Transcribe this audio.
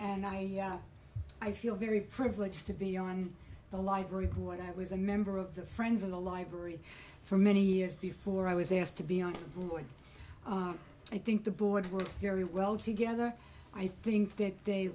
and i i feel very privileged to be on the library board i was a member of the friends of the library for many years before i was asked to be on board i think the board works very well together i think that they